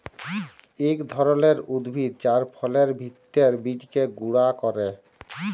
ইক ধরলের উদ্ভিদ যার ফলের ভিত্রের বীজকে গুঁড়া ক্যরে